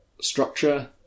structure